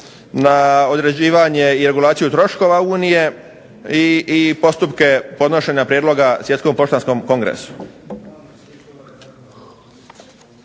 na određivanje i regulaciju troškova Unije i postupke podnošenja prijedloga Svjetskom poštanskom kongresu.